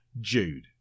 Jude